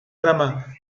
drama